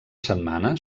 setmana